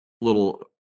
little